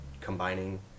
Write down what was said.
combining